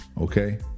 okay